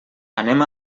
anem